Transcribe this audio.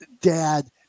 dad